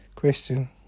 Question